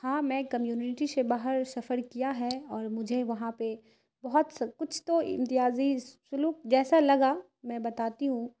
ہاں میں کمیونٹی سے باہر سفر کیا ہے اور مجھے وہاں پہ بہت سب کچھ تو امتیازی سلوک جیسا لگا میں بتاتی ہوں